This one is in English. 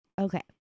Okay